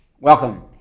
Welcome